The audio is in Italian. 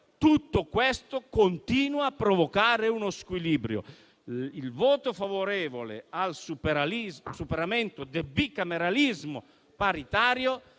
tutto questo continua a provocare uno squilibrio. Il voto favorevole al superamento del bicameralismo paritario,